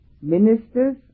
ministers